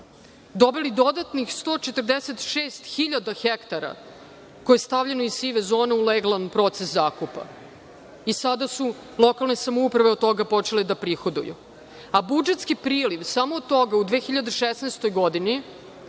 dobili dodatnih 146.000 hektara koje je stavljeno iz sive zone u legalan proces zakupa. Sada su lokalne samouprave od toga počele da prihoduju. Budžetski priliv samo od toga u 2016. godini